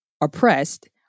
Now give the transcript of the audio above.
oppressed